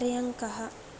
पर्यङ्कः